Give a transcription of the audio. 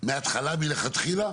מלכתחילה?